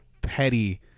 petty